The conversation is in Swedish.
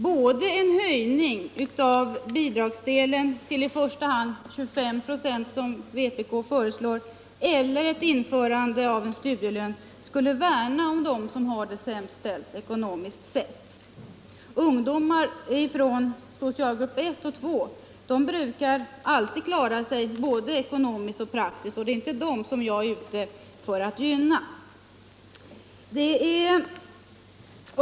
Både en höjning av bidragsdelen till i första hand 25 96, som vpk föreslår, och ett införande av en studielön skulle värna om dem som har det sämst ställt ekonomiskt sett. Ungdomar från socialgrupperna 1 och 2 brukar klara sig både ekonomiskt och praktiskt, och det är inte dem som jag är ute för att gynna.